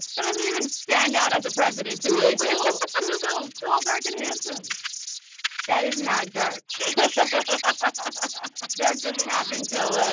that doesn't even stand out as a president to me google. google. tall, dark and handsome that is not dark ah dark doesn't happen till. ah